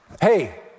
Hey